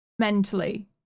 Mentally